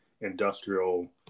industrial